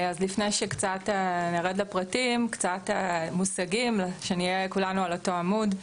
לפני שנרד לפרטים אתן קצת מושגים כדי שנהיה כולנו על אותו עמוד.